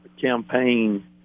campaign